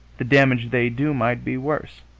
the damage they do might be worse.